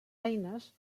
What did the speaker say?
eines